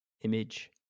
image